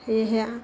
সেয়েহে